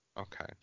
Okay